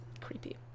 creepy